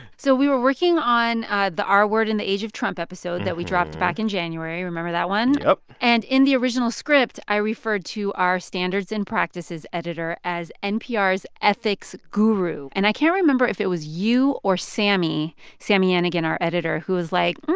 so we were working on ah the r-word in the age of trump episode that we dropped back in january. remember that one? yup and in the original script, i referred to our standards and practices editor as npr's ethics guru. and i can't remember if it was you or sami sami yenigun, our editor who was like,